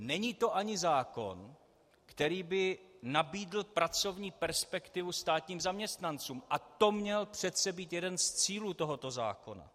Není to ani zákon, který by nabídl pracovní perspektivu státním zaměstnancům, a to měl přece být jeden z cílů tohoto zákona.